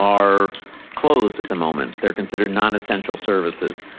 are closed at the moment. they're considered non essential services.